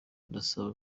ndasaba